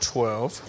Twelve